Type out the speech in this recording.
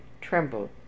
trembled